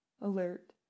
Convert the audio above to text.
alert